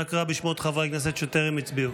אנא קרא בשמות חברי הכנסת שטרם הצביעו.